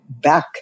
back